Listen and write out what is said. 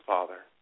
Father